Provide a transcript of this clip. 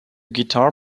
guitar